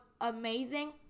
amazing